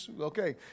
Okay